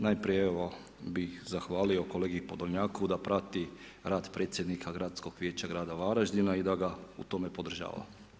Najprije bih zahvalio kolegi Podolnjaku da prati rad predsjednika gradskog vijeća grada Varaždina i da ga u tome podržava.